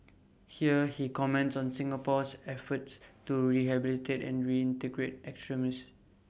here he comments on Singapore's efforts to rehabilitate and reintegrate extremists